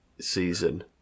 season